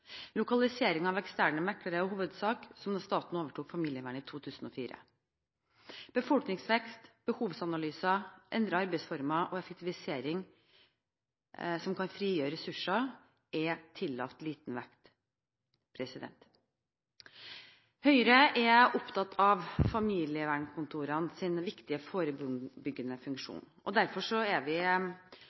eksterne meklere har vært en hovedsak siden staten overtok familievernet i 2004. Befolkningsvekst, behovsanalyser, endrede arbeidsformer og effektivisering som kan frigjøre ressurser, er tillagt liten vekt. Høyre er opptatt av familievernkontorenes viktige forebyggende funksjon. Derfor er vi